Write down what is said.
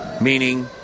meaning